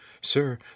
Sir